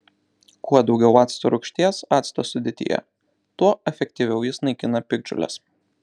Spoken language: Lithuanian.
kuo daugiau acto rūgšties acto sudėtyje tuo efektyviau jis naikina piktžoles